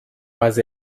was